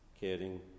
caring